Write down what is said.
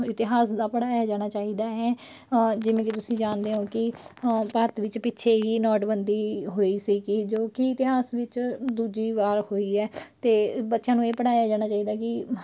ਇਤਿਹਾਸ ਦਾ ਪੜ੍ਹਾਇਆ ਜਾਣਾ ਚਾਹੀਦਾ ਹੈ ਜਿਵੇਂ ਕਿ ਤੁਸੀਂ ਜਾਣਦੇ ਹੋ ਕਿ ਭਾਰਤ ਵਿੱਚ ਪਿੱਛੇ ਹੀ ਨੋਟਬੰਦੀ ਹੋਈ ਸੀ ਕਿ ਜੋ ਕਿ ਇਤਿਹਾਸ ਵਿੱਚ ਦੂਜੀ ਵਾਰ ਹੋਈ ਹੈ ਅਤੇ ਬੱਚਿਆਂ ਨੂੰ ਇਹ ਪੜ੍ਹਾਇਆ ਜਾਣਾ ਚਾਹੀਦਾ ਕਿ